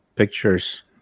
Pictures